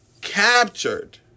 captured